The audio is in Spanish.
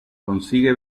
consigue